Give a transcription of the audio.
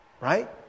Right